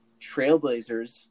Trailblazers